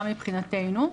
גם מבחינתנו.